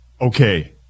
Okay